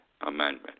Amendment